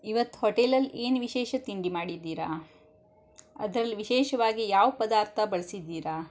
ಇವತ್ತು ಹೋಟೆಲಲ್ಲಿ ಏನು ವಿಶೇಷ ತಿಂಡಿ ಮಾಡಿದ್ದೀರ ಅದ್ರಲ್ಲಿ ವಿಶೇಷವಾಗಿ ಯಾವ ಪದಾರ್ಥ ಬಳ್ಸಿದ್ದೀರಾ